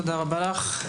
תודה רבה לך.